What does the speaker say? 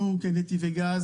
אנחנו כנתיבי גז